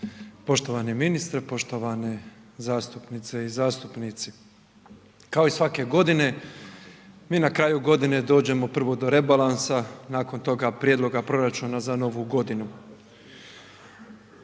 Poštovani ministre, poštovane zastupnice i zastupnici kao i svake godine mi na kraju godine dođemo prvo do rebalansa nakon toga prijedloga proračuna za novu godinu.